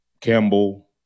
campbell